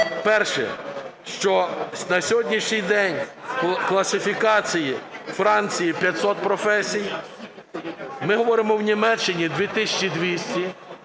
Перше, що на сьогоднішній день у класифікації Франції 500 професій, ми говоримо, в Німеччині –